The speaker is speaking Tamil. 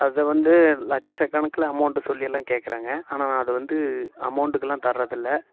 அதை வந்து லட்ச கணக்கில் அமௌண்ட் சொல்லி எல்லாம் கேட்கறாங்க ஆனால் நான் அதை வந்து அமௌண்ட்டுக்குலாம் தர்றதில்லை